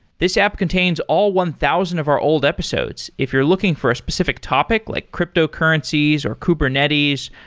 this app contains all one thousand of our old episodes. if you're looking for a specific topic, like cryptocurrencies, or kubernetes,